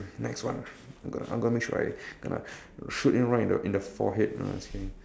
next one I'm gonna I'm gonna make sure I gonna shoot you right in the in the forehead ah just kidding